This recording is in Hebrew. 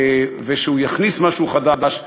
והוא יכניס משהו חדש,